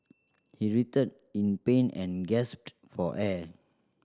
he writhed in pain and gasped for air